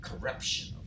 corruption